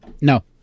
No